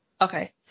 Okay